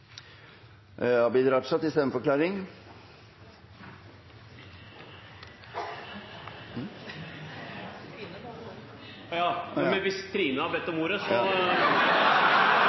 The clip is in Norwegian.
Abid Q. Raja har bedt om ordet til en stemmeforklaring. Hvis Trine har bedt om ordet,